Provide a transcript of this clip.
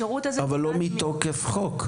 אבל לא מתוקף חוק.